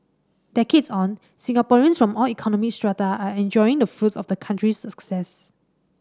decades on Singaporeans from all economic strata are enjoying the fruits of the country's success